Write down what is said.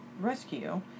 rescue